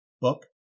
Book